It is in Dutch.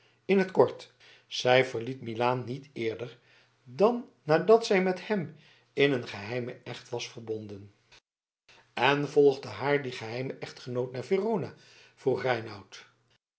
in t kort zij verliet milaan niet eerder dan nadat zij met hem in een geheimen echt was verbonden en volgde haar die geheime echtgenoot naar verona vroeg reinout